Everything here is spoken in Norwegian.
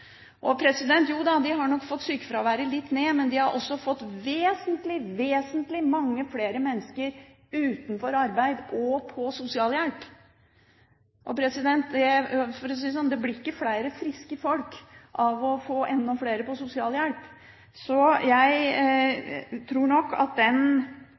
Jo da, de har nok fått sjukefraværet litt ned, men de har også fått vesentlig mange flere mennesker utenfor arbeid og på sosialhjelp. For å si det slik: Det blir ikke flere friske folk ved å få enda flere på sosialhjelp. Så jeg tror nok at